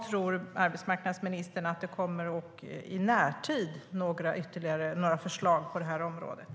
Tror ministern att det i närtid kommer några ytterligare förslag på området?